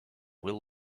will